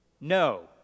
No